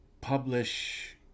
publish